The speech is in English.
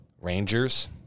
Rangers